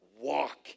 walk